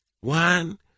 One